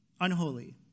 unholy